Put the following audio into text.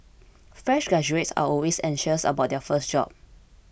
fresh graduates are always anxious about their first job